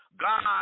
God